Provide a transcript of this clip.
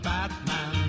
Batman